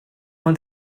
ond